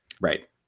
Right